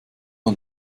man